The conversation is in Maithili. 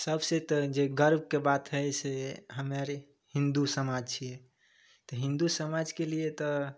सबसे तऽ जे गर्वके बात हइ से हमे आर हिन्दू समाज छिए तऽ हिन्दू समाजकेलिए तऽ